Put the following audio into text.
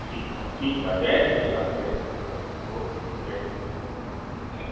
ठीकु आहे ठीकु आहे जय झूलेलाल जय झूलेलाल ओ के जय झूलेलाल